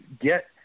get